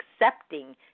accepting